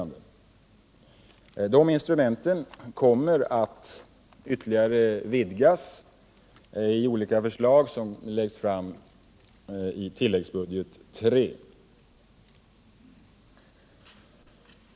Mängden av dessa instrument kommer att ytterligare vidgas enligt de olika förslag som läggs fram i tilläggsbudget III.